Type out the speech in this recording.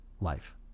life